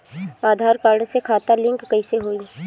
आधार card से खाता link कईसे होई?